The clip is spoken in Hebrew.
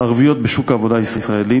ערביות בשוק העבודה הישראלי,